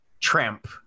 tramp